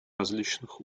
различных